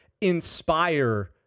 inspire